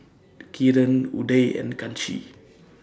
Kiran Udai and Kanshi